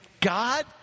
God